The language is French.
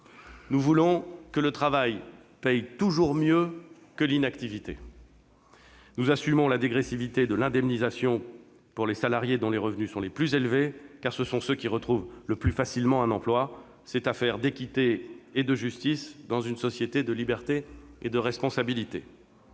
Nous voulons que le travail paie toujours mieux que l'inactivité. Nous assumons la dégressivité de l'indemnisation pour les salariés dont les revenus sont les plus élevés, car ce sont ceux qui retrouvent le plus facilement un emploi. C'est affaire d'équité et de justice, dans une société de liberté et de responsabilité.